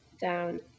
Down